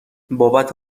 بابت